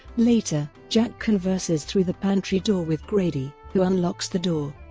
later, jack converses through the pantry door with grady, who unlocks the door.